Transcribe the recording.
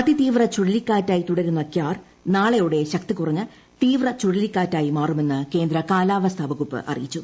അതിതീവ്ര ചുഴലിക്കാറ്റായി തുടരുന്ന ക്യാർ നാളെയോടെ ശക്തികുറഞ്ഞ് തീവ്രചുഴലിക്കാറ്റായി മാറുമെന്ന് കേന്ദ്ര കാലാവസ്ഥാ വകൂപ്പ് അറിയിച്ചു